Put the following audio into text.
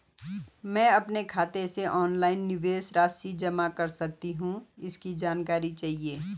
मैं अपने खाते से ऑनलाइन निवेश राशि जमा कर सकती हूँ इसकी जानकारी चाहिए?